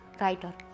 writer